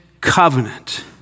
covenant